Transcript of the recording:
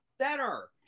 center